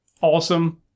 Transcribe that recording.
awesome